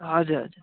हजुर हजुर